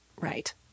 Right